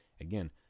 Again